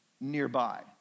nearby